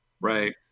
right